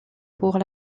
pour